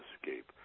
escape